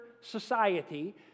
society